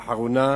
האחרונה,